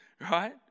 right